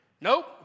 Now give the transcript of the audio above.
Nope